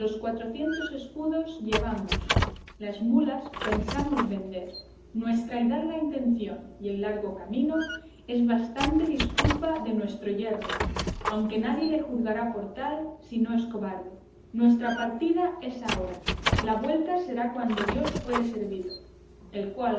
cuatrocientos escudos llevamos las mulas pensamos vender nuestra hidalga intención y el largo camino es bastante disculpa de nuestro yerro aunque nadie le juzgará por tal si no es cobarde nuestra partida es ahora la vuelta será cuando dios fuere servido el cual